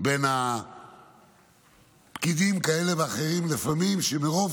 בין פקידים כאלה ואחרים לפעמים שמרוב